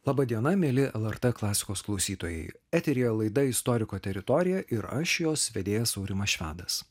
laba diena mieli lrt klasikos klausytojai eteryje laidą istoriko teritorija ir aš jos vedėjas aurimas švedas